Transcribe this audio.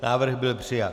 Návrh byl přijat.